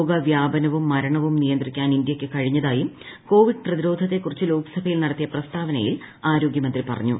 രോഗവ്യാപനവും മരണവും നിയന്ത്രിക്കാൻ ഇന്ത്യക്ക് കഴിഞ്ഞതായും കോവിഡ് പ്രതിരോധത്തെക്കുറിച്ച് ലോക്സഭയിൽ നടത്തിയ പ്രസ്താവനയിൽ ആരോഗ്യമന്ത്രി പറഞ്ഞു